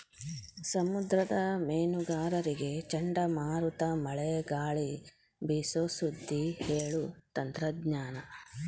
ಸಮುದ್ರದ ಮೇನುಗಾರರಿಗೆ ಚಂಡಮಾರುತ ಮಳೆ ಗಾಳಿ ಬೇಸು ಸುದ್ದಿ ಹೇಳು ತಂತ್ರಜ್ಞಾನ